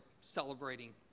celebrating